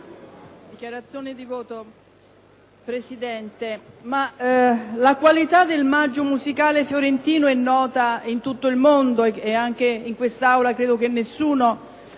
del Teatro del Maggio musicale fiorentino è nota in tutto il mondo, e anche in quest'Aula credo che nessun